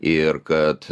ir kad